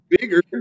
bigger